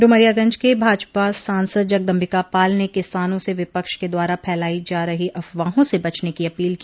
डुमरियागंज के भाजपा सांसद जगदम्बिका पाल ने किसानों से विपक्ष के द्वारा फैलायी जा रही अफवाहों से बचने की अपील की